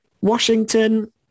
Washington